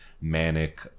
manic